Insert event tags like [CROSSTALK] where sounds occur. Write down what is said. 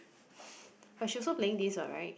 [BREATH] but she also playing this what right